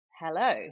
Hello